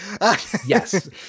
Yes